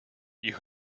you